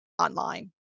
online